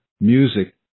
music